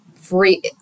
free